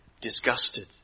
disgusted